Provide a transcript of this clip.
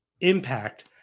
Impact